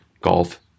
golf